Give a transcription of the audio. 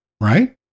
right